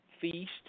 feast